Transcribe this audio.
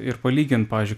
ir palygint pavyzdžiui kad